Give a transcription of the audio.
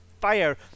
fire